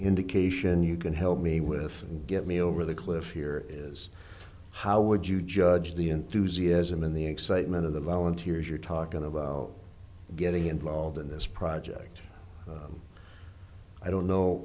indication you can help me with get me over the cliff here is how would you judge the enthusiasm in the excitement of the volunteers you're talking about getting involved in this project i don't know